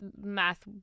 math